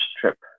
trip